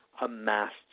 amassed